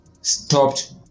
stopped